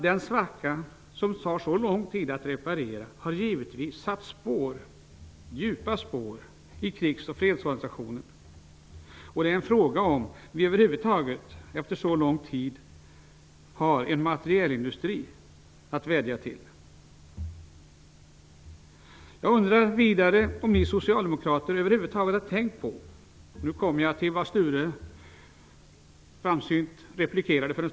Den svacka som tar så lång tid att reparera har givetvis satt djupa spår i krigs och fredsorganisationen, och frågan är om vi efter så lång tid över huvud taget har en materielindustri att vädja till. Har för övrigt ni socialdemokrater över huvud taget tänkt på att signalen om återtagning måste ges av en regering, vilken den nu är?